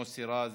מוסי רז,